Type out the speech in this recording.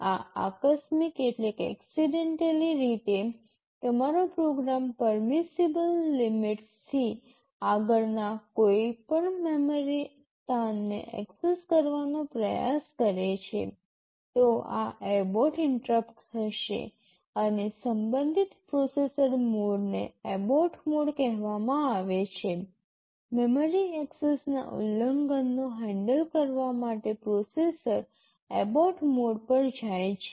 જો આકસ્મિક રીતે તમારો પ્રોગ્રામ પરમીસીબલ લિમિટસથી આગળના કોઈપણ મેમરી સ્થાનને ઍક્સેસ કરવાનો પ્રયાસ કરે છે તો આ એબોર્ટ ઇન્ટરપ્ટ થશે અને સંબંધિત પ્રોસેસર મોડને એબોર્ટ મોડ કહેવામાં આવે છે મેમરી એક્સેસના ઉલ્લંઘનોને હેન્ડલ કરવા માટે પ્રોસેસર એબોર્ટ મોડ પર જાય છે